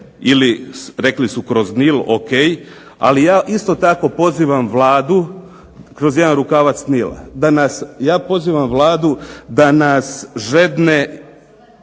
ili rekli su kroz Nil, o.k, ali ja isto tako pozivam Vladu, kroz jedan rukava Nila, ja pozivam Vladu da nas žedne